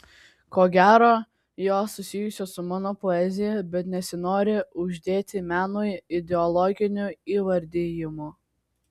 ko gero jos susijusios su mano poezija bet nesinori uždėti menui ideologinių įvardijimų